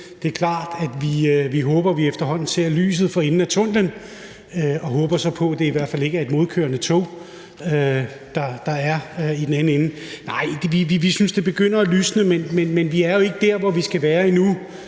Det er klart, at vi håber, at vi efterhånden ser lyset for enden af tunnellen, og vi håber så på, at det i hvert fald ikke er et modkørende tog, der er i den anden ende. Nej, vi synes, det begynder at lysne, men vi er jo endnu ikke der, hvor vi skal være,